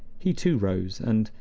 he too rose, and,